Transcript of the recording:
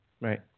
Right